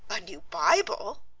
a new bible!